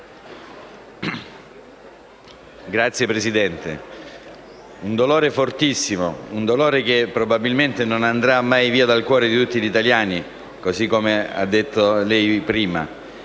Signor Presidente, proviamo un dolore fortissimo, un dolore che probabilmente non andrà mai via dal cuore di tutti gli italiani, come ha detto lei prima.